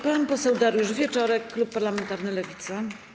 Pan poseł Dariusz Wieczorek, klub parlamentarny Lewica.